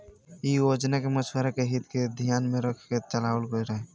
इ योजना के मछुआरन के हित के धियान में रख के चलावल गईल रहे